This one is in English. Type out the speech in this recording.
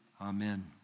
Amen